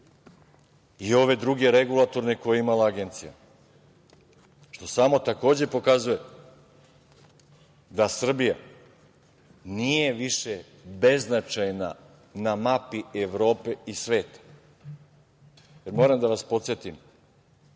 i ove druge regulatorne koje je imala Agencija. Što samo takođe pokazuje da Srbija nije više beznačajna na mapi Evrope i sveta. Moram da vas podsetim